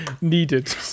needed